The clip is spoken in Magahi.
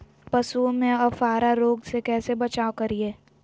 पशुओं में अफारा रोग से कैसे बचाव करिये?